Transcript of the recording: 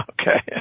okay